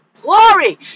Glory